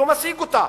והוא משיג אותה,